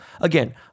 again